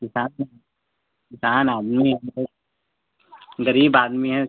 किसान हम किसान आदमी हमको गरीब आदमी हैं